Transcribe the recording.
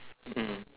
mm